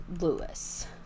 Lewis